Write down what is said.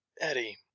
Eddie